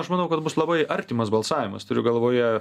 aš manau kad bus labai artimas balsavimas turiu galvoje